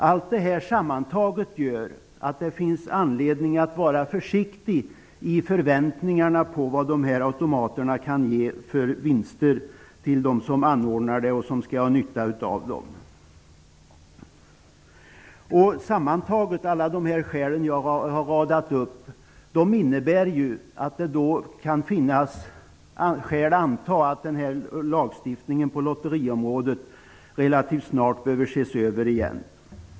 Allt detta sammantaget gör att man har anledning att vara försiktig i förväntningarna på vad de här automaterna kan ge i form av vinster för anordnarna. De uppräknade skälen gör att det kan finnas anledning att anta att lagstiftningen på lotteriområdet relativt snart behöver ses över igen.